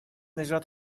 نژاد